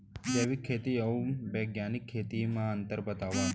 जैविक खेती अऊ बैग्यानिक खेती म अंतर बतावा?